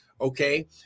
okay